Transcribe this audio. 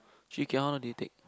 three k_m how long do you take